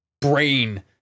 brain